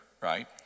right